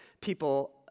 people